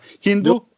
Hindu